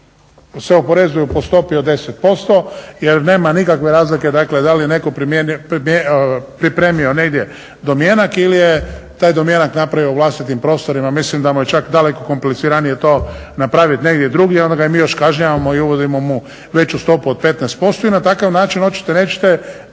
se oporezuje po stopi od 10%. Jer nema nikakve razlike, dakle da li je netko pripremio negdje domjenak ili je taj domjenak napravio u vlastitim prostorima. Mislim da mu je čak daleko kompliciranije to napraviti negdje drugdje. I onda ga još mi kažnjavamo i uvodimo mu veću stopu od 15% i na takav način hoćete nećete